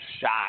shot